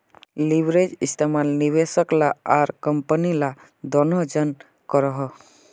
leverage इस्तेमाल निवेशक ला आर कम्पनी ला दनोह जन करोहो